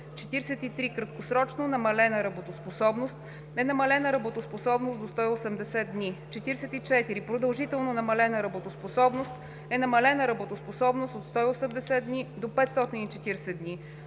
„43. Краткосрочно намалена работоспособност е намалена работоспособност до 180 дни; 44. Продължително намалена работоспособност е намалена работоспособност от 180 дни до 540 дни;